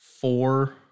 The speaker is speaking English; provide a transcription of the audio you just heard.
four